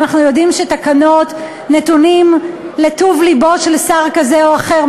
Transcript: אנחנו יודעים שתקנות נתונות לטוב לבו של שר כזה או אחר.